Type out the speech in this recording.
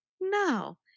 no